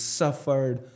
suffered